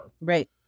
Right